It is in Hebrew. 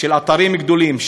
של אתרים גדולים,